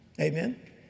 Amen